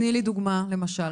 תני לי דוגמה, למשל.